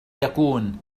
يكون